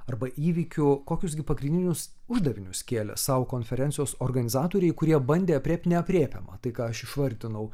arba įvykiu kokius gi pagrindinius uždavinius kėlė sau konferencijos organizatoriai kurie bandė aprėpti neaprėpiamą tai ką aš išvardinau